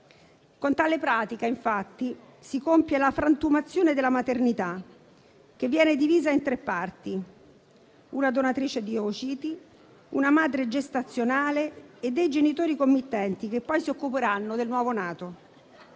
Con tale pratica, infatti, si compie la frantumazione della maternità, che viene divisa in tre parti: una donatrice di ovociti, una madre gestazionale e dei genitori committenti che poi si occuperanno del nuovo nato.